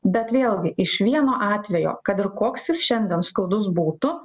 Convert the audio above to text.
bet vėlgi iš vieno atvejo kad ir koks jis šiandien skaudus būtų